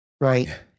right